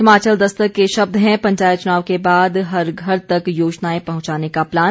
हिमाचल दस्तक के शब्द हैं पंचायत चुनाव के बाद हर घर तक योजनाएं पहुंचाने का प्लान